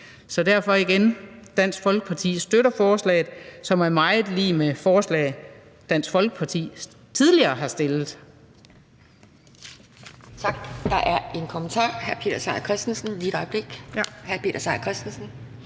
Så derfor igen: Dansk Folkeparti støtter forslaget, som er meget lig forslag, Dansk Folkeparti tidligere har stillet.